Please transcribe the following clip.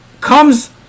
comes